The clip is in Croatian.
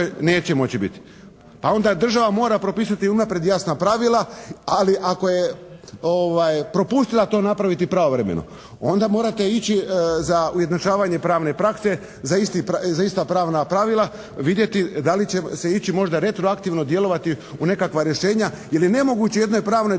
neće moći biti. Pa onda država mora propisati unaprijed jasna pravila ali ako je propustila to napraviti pravovremeno, onda morate ići za ujednačavanje pravne prakse za ista pravna pravila vidjeti da li će se ići možda retroaktivno djelovati u nekakva rješenja jer je nemoguće u jednoj pravnoj